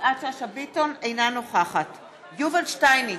אינה נוכחת יובל שטייניץ,